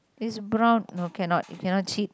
is brown no cannot you cannot cheat